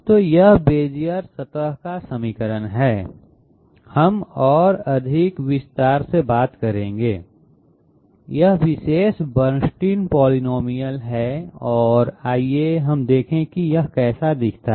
तो यह बेज़ियर सतह का समीकरण है हम और अधिक विस्तार से बात करेंगे यह विशेष बर्नस्टीन पॉलिनॉमियल है और आइए हम देखें कि यह कैसा दिखता है